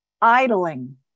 idling